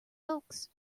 folks